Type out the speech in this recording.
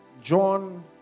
John